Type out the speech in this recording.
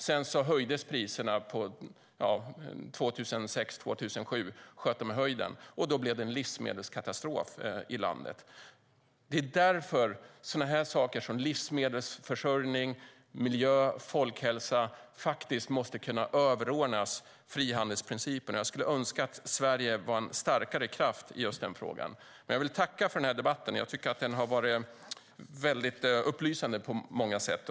Sedan sköt priserna i höjden 2006-2007, och då blev det en livsmedelskatastrof i landet. Det är därför saker som livsmedelsförsörjning, miljö och folkhälsa måste kunna överordnas frihandelsprincipen. Jag skulle önska att Sverige var en starkare kraft i just denna fråga. Jag vill tacka för debatten; jag tycker att den har varit upplysande på många sätt.